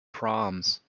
proms